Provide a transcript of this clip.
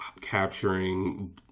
capturing